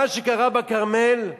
מה שקרה בכרמל,